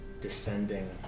descending